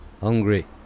hungry